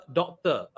doctor